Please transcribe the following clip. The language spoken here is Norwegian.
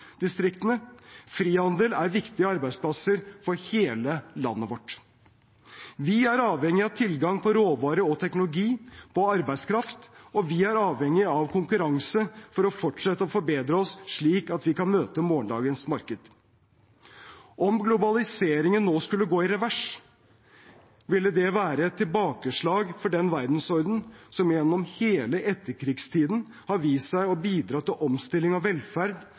frihandel er viktig for arbeidsplasser i hele landet vårt. Vi er avhengige av tilgang på råvarer, på teknologi, på arbeidskraft, og vi er avhengige av konkurranse, for å fortsette å forbedre oss slik at vi kan møte morgendagens marked. Om globaliseringen nå skulle gå i revers, ville det være et tilbakeslag for den verdensordenen som gjennom hele etterkrigstiden har vist seg å bidra til omstilling og velferd